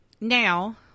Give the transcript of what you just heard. Now